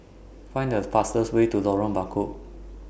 Find The fastest Way to Lorong Bachok